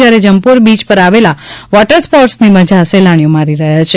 જ્યારે જંપોર બીય પર આવેલા વોટર સ્પોર્ટર્સની મઝા સહેલાણીઓ માણી રહ્યા છે